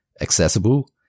accessible